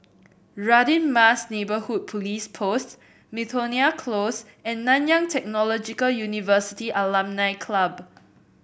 Radin Mas Neighbourhood Police Post Miltonia Close and Nanyang Technological University Alumni Club